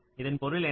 இதன் பொருள் என்ன